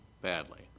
badly